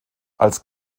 als